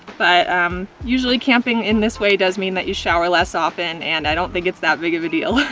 but um usually camping in this way does mean that you shower less often, and i don't think it's that big of a deal.